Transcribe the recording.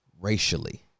Racially